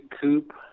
Coupe